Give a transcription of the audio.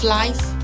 life